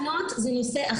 תקנות זה נושא אחר.